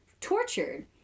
tortured